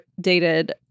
dated